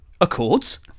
Accords